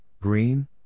green